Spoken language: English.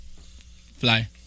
Fly